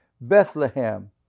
Bethlehem